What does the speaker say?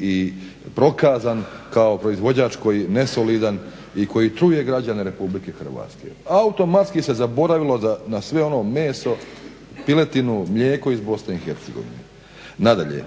i prokazan kao proizvođač koji je nesolidan i koji truje građane Republike Hrvatske. Automatski se zaboravilo na sve ono meso, piletinu, mlijeko iz BiH. Nadalje,